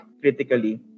critically